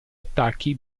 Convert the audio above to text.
attacchi